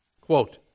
Quote